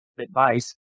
advice